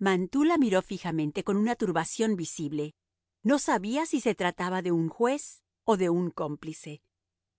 mantoux la miró fijamente con una turbación visible no sabía si se trataba de un juez o de un cómplice